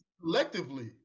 collectively